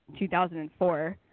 2004